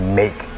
make